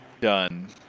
done